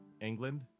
England